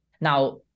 Now